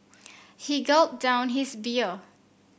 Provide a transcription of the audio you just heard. he gulped down his beer